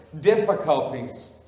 difficulties